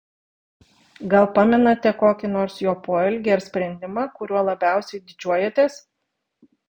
gal pamenate kokį nors jo poelgį ar sprendimą kuriuo labiausiai didžiuojatės